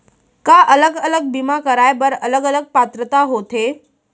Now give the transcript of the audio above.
का अलग अलग बीमा कराय बर अलग अलग पात्रता होथे?